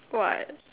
what